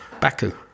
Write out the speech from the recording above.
Baku